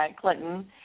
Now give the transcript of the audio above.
Clinton